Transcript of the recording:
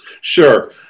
Sure